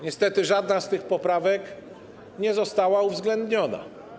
Niestety, żadna z tych poprawek nie została uwzględniona.